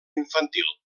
infantil